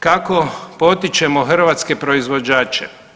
Kako potičemo hrvatske proizvođače?